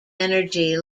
energy